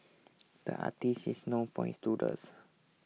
the artist is known for his doodles